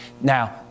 Now